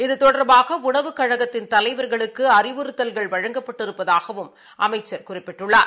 இது தொடர்பாகஉணவுக் கழகத்தின் தலைவர்களுக்குஅறிவுறுத்தல்கள் வழங்கப்பட்டிருப்பதாகவும் அமைச்சர் குறிப்பிட்டுள்ளார்